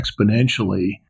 exponentially